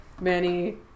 Manny